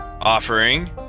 offering